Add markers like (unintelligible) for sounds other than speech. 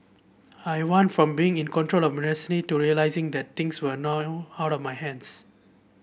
I went from being in control of my destiny to realising that things were (unintelligible) out of my hands